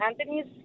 anthony's